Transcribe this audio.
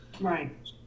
Right